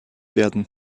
werden